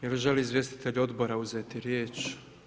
Je li želi izvjestitelj odbora uzeti riječ?